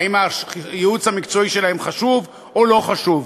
האם הייעוץ המקצועי שלהם חשוב או לא חשוב?